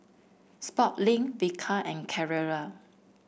Sportslink Bika and Carrera